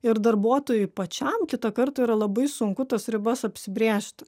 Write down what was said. ir darbuotojui pačiam kitą kartą yra labai sunku tas ribas apsibrėžti